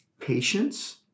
patience